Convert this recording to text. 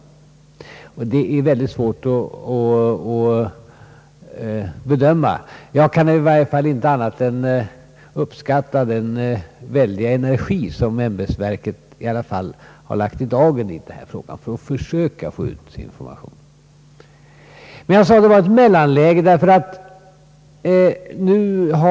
Helhetseffekten är väldigt svår att bedöma, men jag kan i varje fall inte annat än uppskatta den väldiga energi som ämbetsverket har lagt i dagen för att försöka få ut information. Jag sade att vi befinner oss i ett mellanläge.